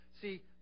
See